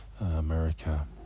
America